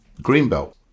Greenbelt